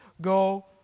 go